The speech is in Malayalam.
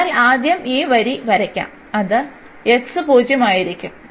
അതിനാൽ ആദ്യം ഈ വരി വരയ്ക്കാം അത് x 0 ആയിരിക്കും